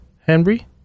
Henry